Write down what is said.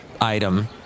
item